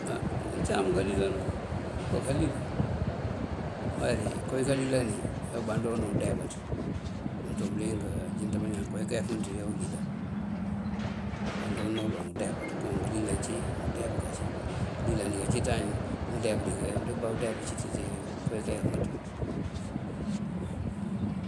Ngëëncáam kalilan, ngooko kalilan úway koowí kalilan uwi ajá umband unú uloŋ ngëëndeebaţ. Umëëntáwun bëliyëng, kowi káaya fënţëwí ajá ulilan. Umband uloŋ unú undeebaţ. Ulilan ací undeeb kací ulilan di káacinţañ, undeeb kací ţí kowi káayáfënţ uwí.